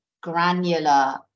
granular